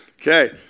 Okay